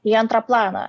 į antrą planą